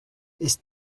ist